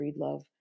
Breedlove